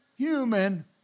Human